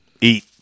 Eat